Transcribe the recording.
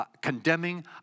condemning